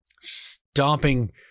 Stomping